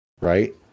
Right